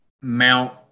Mount